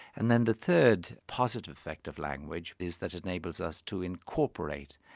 and then the third positive effect of language, is that it enables us to incorporate,